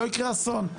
לא יקרה אסון.